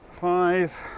five